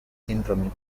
syndrome